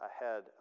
ahead